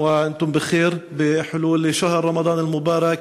בפרוס חודש רמדאן המבורך,